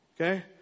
Okay